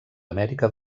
amèrica